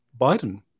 Biden